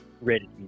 ready